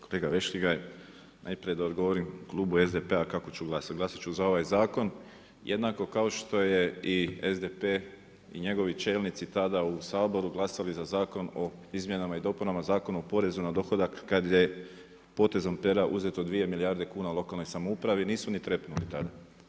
Kolega Vešligaj, najprije da odgovorim klubu SDP-a kako ću glasati, glasati ću za ovaj zakon jednako kao što je i SDP i njegovi čelnici tada u Saboru glasali za Zakon o izmjenama i dopunama Zakona o porezu na dohodak kada je potezom pera uzeto 2 milijarde kuna lokalnoj samoupravi, nisu ni trepnuli tada.